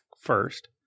first